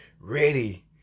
ready